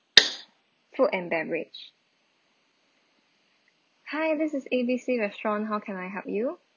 food and beverage hi this is A B C restaurant how can I help you